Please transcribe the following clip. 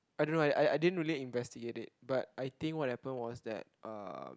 I don't know I I didn't really investigate it but I think what happen was that um